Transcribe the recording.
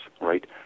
right